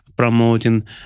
promoting